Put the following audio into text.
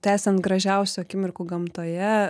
tęsiant gražiausių akimirkų gamtoje